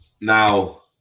Now